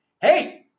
Hey